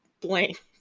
blank